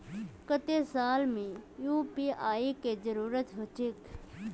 केते साल में यु.पी.आई के जरुरत होचे?